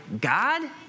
God